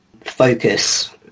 focus